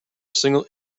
single